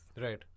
right